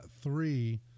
three